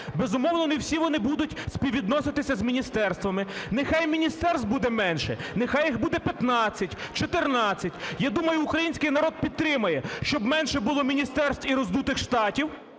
безумовно, не всі вони будуть співвідноситися з міністерствами, нехай міністерств буде менше, нехай їх буде 15, 14. Я думаю, український народ підтримає, щоб менше було міністерств і роздутих штатів,